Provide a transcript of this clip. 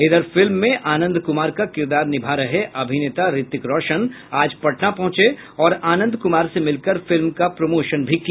इधर फिल्म में आनंद कुमार का किरदार निभा रहे अभिनेता ऋतिक रौशन आज पटना पहुंचे और आनंद कुमार से मिलकर फिल्म का प्रमोशन भी किया